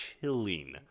chilling